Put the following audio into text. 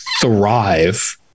thrive